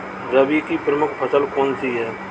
रबी की प्रमुख फसल कौन सी है?